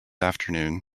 afternoon